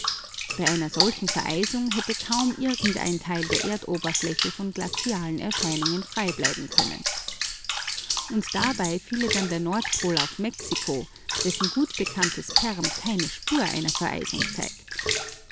bei einer solchen vereisung hätte kaum irgendein teil der erdoberfläche von glazialen erscheinungen frei bleiben können und dabei fiele dann der nordpol auf mexiko dessen gut bekanntes perm keine spur von vereisung zeigt